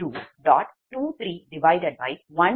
1512X0